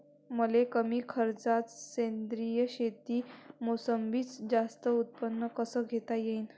मले कमी खर्चात सेंद्रीय शेतीत मोसंबीचं जास्त उत्पन्न कस घेता येईन?